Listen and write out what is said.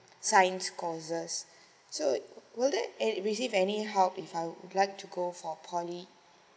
science courses so would it receive any how if I would like to go for poly